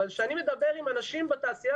אבל כשאני מדבר עם אנשים בתעשייה,